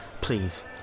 please